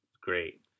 Great